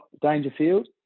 Dangerfield